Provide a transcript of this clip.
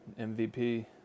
mvp